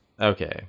okay